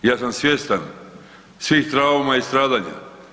Ja sam svjestan svih trauma i stradanja.